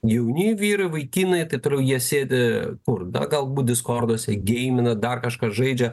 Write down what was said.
jauni vyrai vaikinai ir taip toliau jie sėdi kur na galbūt diskorduose geimina dar kažką žaidžia